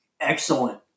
Excellent